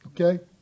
Okay